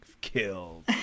killed